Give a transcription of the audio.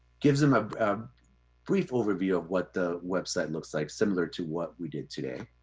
gives them a brief overview of what the website looks like similar to what we did today.